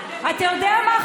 אתה יודע מה,